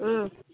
ம்